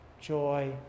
joy